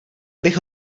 bych